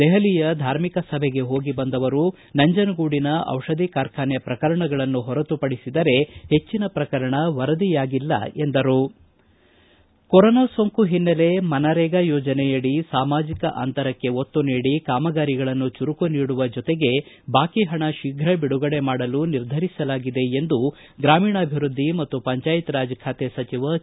ದೆಹಲಿಯ ಧಾರ್ಮಿಕ ಸಭೆಗೆ ಹೋಗಿಬಂದವರು ನಂಜನಗೂಡಿನ ದಿಷಧಿ ಕಾರ್ಖಾನೆ ಪ್ರಕರಣಗಳನ್ನು ಹೊರತುಪಡಿಸಿದರೆ ಹೆಚ್ಚಿನ ಪ್ರಕರಣ ವರದಿಯಾಗಿಲ್ಲ ಎಂದರು ಕೊರೊನಾ ಸೋಂಕು ಹಿನ್ನೆಲೆ ಮನರೇಗಾ ಯೋಜನೆಯಡಿ ಸಾಮಾಜಿಕ ಅಂತರಕ್ಷೆ ಒತ್ತು ನೀಡಿ ಕಾಮಗಾರಿಗಳನ್ನು ಚುರುಕು ನೀಡುವ ಜೊತೆಗೆ ಬಾಕಿ ಹಣ ಶೀಘ ಬಿಡುಗಡೆ ಮಾಡಲು ನಿರ್ಧರಿಸಲಾಗಿದೆ ಎಂದು ಗ್ರಾಮೀಣಾಭಿವೃದ್ದಿ ಮತ್ತು ಪಂಚಾಯತ್ ರಾಜ್ ಖಾತೆ ಸಚಿವ ಕೆ